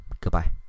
Goodbye